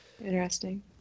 Interesting